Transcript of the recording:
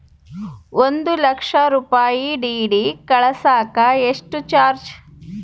ಒಂದು ಲಕ್ಷ ರೂಪಾಯಿ ಡಿ.ಡಿ ಕಳಸಾಕ ಎಷ್ಟು ಚಾರ್ಜ್?